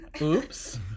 Oops